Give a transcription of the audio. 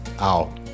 Ow